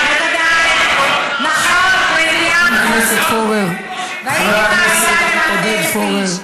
בעירייה, כן, בעירייה יש להם, בוודאי.